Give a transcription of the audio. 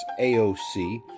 AOC